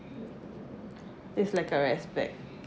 it's like a respect